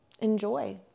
Enjoy